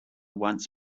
once